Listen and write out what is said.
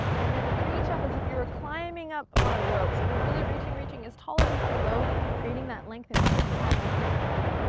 and then reach up as if you were climbing up on a rope, so you're really reaching, reaching, as tall as you can go, creating that length that we just had in the front body.